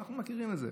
אנחנו מכירים את זה.